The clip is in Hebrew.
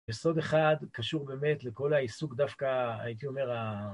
יסוד אחד, קשור באמת לכל העיסוק דווקא, הייתי אומר...